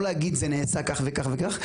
לא להגיד זה נעשה כל וכך וכך,